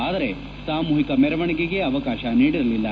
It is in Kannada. ಆದರೆ ಸಾಮೂಹಿಕ ಮೆರವಣಿಗೆಗೆ ಅವಕಾಶ ನೀಡಿರಲಿಲ್ಲ